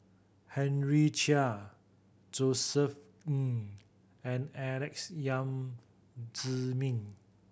Henry Chia Josef Ng and Alex Yam Ziming